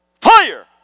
Fire